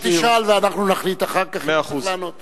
אתה תשאל ואנחנו נחליט אחר כך אם לענות.